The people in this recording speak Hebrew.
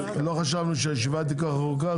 לא חשבנו שהישיבה תהיה כל-כך ארוכה.